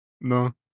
No